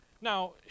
Now